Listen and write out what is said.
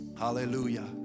Hallelujah